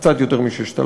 קצת יותר מ-6,000,